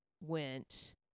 went